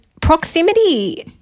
proximity